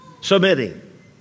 Submitting